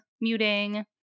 muting